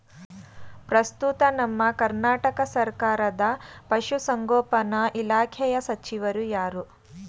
ಪ್ರಸ್ತುತ ನಮ್ಮ ಕರ್ನಾಟಕ ಸರ್ಕಾರದ ಪಶು ಸಂಗೋಪನಾ ಇಲಾಖೆಯ ಸಚಿವರು ಯಾರು?